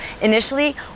initially